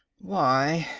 why,